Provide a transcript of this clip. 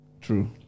True